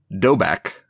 dobak